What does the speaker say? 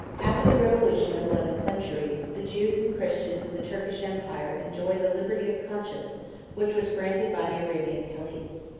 after the revolution of eleven centuries, the jews and christians of the turkish empire enjoy the liberty of conscience which was granted by the arabian caliphs.